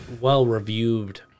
well-reviewed